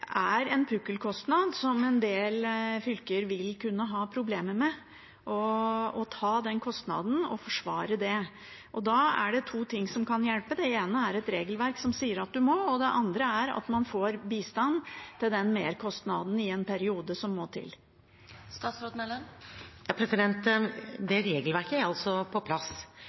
er en pukkelkostnad som en del fylker vil kunne ha problemer med å ta – og forsvare. Da er det to ting som kan hjelpe. Det ene er et regelverk som sier at man må. Det andre som må til, er at man får bistand til den merkostnaden i en periode. Det regelverket er på plass. Fylkeskommunene har fullt handlingsrom til å stille krav gjennom det nye regelverket som er